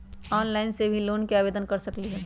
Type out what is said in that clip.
Online से भी loan के आवेदन कर सकलीहल?